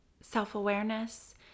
self-awareness